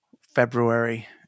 February